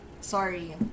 sorry